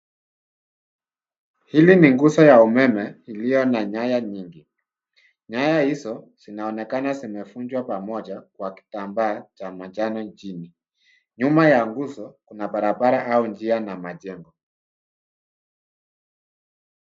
Hili ni nguzo ya umeme iliyo na nyaya nyingi. Nyaya hizo zinaonekana zimevunjwa pamoja, kwa kitambaa cha manjano jini. Nyuma ya nguzo, kuna barabara au njia na majengo.